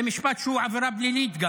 זה משפט שהוא עבירה פלילית.